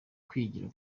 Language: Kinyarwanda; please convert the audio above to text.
kwigira